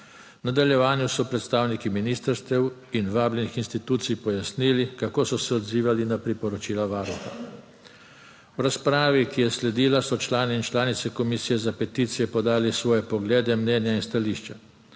nadaljevanju so predstavniki ministrstev in vabljenih institucij pojasnili, kako so se odzivali na priporočila Varuha. V razpravi, ki je sledila, so člani in članice Komisije za peticije podali svoje poglede, mnenja in stališča.